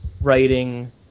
writing